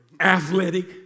Athletic